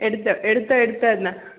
എടുത്തോ എടുത്തോ എടുത്തോ എന്നാൽ